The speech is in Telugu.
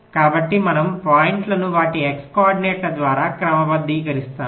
కాబట్టి మనము పాయింట్లను వాటి x కోఆర్డినేట్ల ద్వారా క్రమబద్ధీకరిస్తాము